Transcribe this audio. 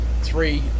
three